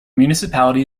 municipality